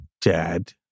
dad